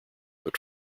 but